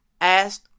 asked